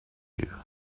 you